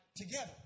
together